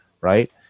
right